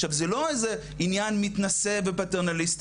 עכשיו זה לא איזה עניין מתנשא ופטרנליסטי,